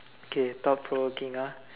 okay thought provoking ah